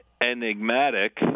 enigmatic –